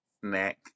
Snack